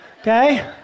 okay